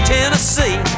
Tennessee